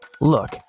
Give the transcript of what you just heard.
Look